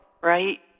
right